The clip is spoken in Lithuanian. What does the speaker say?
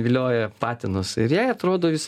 vilioja patinus ir jai atrodo vis